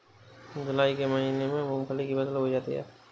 जूलाई के महीने में मूंगफली की फसल बोई जाती है